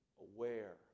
aware